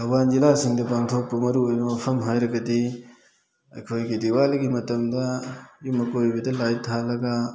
ꯊꯧꯕꯥꯜ ꯖꯤꯂꯥꯁꯤꯡꯗ ꯄꯥꯡꯊꯣꯛꯄ ꯃꯔꯨ ꯑꯣꯏꯕ ꯃꯐꯝ ꯍꯥꯏꯔꯒꯗꯤ ꯑꯩꯈꯣꯏꯒꯤ ꯗꯤꯋꯥꯂꯤꯒꯤ ꯃꯇꯝꯗ ꯌꯨꯝ ꯑꯀꯣꯏꯕꯗ ꯂꯥꯏꯠ ꯊꯥꯜꯂꯒ